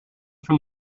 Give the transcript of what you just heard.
from